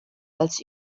als